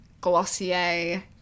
Glossier